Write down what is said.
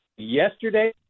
Yesterday